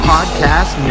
Podcast